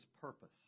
purpose